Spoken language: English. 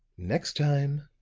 next time,